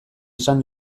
izan